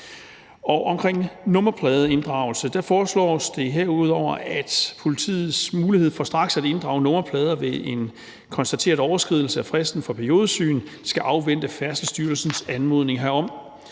Om nummerpladeinddragelse foreslås det herudover, at politiets mulighed for straks at inddrage nummerplader ved en konstateret overskridelse af fristen for periodisk syn skal afvente Færdselsstyrelsens anmodning herom.